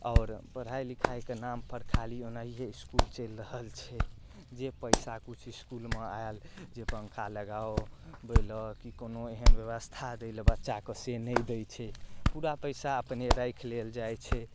आओर पढ़ाइ लिखाइके नामपर खाली ओनाहिये इसकुल चलि रहल छै जे पैसा किछु इसकुलमे आयल जे पँखा लगाउ दै लऽ कि कोनो एहन व्यवस्था दै लए बच्चाके से नै दै छै पूरा पैसा अपने राखि लेल जाइ छै